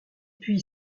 puis